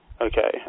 Okay